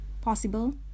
possible